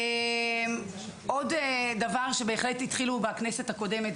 עוד דבר בהחלטה התחילו בכנסת הקודמת,